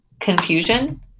confusion